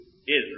Israel